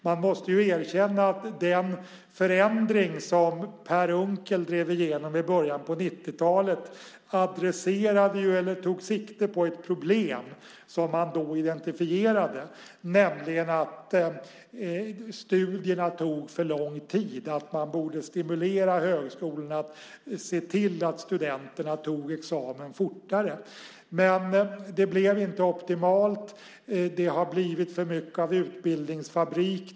Man måste erkänna att den förändring som Per Unckel drev igenom i början på 90-talet tog sikte på ett problem som man då identifierade, nämligen att studierna tog för lång tid, att man borde stimulera högskolorna att se till att studenterna tog examen fortare. Men det blev inte optimalt. Det har blivit för mycket av utbildningsfabrik.